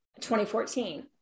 2014